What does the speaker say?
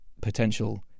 potential